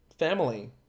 family